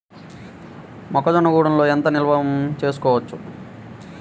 మొక్క జొన్నలు గూడంలో ఎంత కాలం నిల్వ చేసుకోవచ్చు?